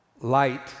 Light